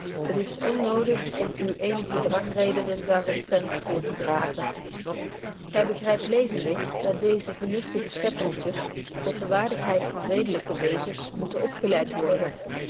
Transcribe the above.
is onnodig om u eenige drangreden daaromtrent voortedragen gy begrypt levendig dat deeze vernuftige schepzeltjes tot de waardigheid van redelyke wezens moeten opgeleidt worden